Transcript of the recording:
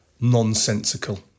nonsensical